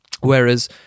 Whereas